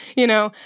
you know?